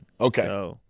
Okay